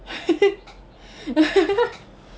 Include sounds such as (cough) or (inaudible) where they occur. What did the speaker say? (laughs)